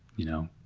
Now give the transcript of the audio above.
you know,